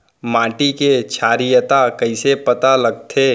माटी के क्षारीयता कइसे पता लगथे?